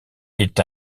est